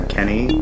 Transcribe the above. Kenny